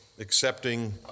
Accepting